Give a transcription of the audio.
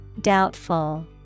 Doubtful